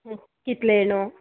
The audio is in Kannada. ಹ್ಞೂ ಕಿತ್ತಳೆ ಹಣ್ಣು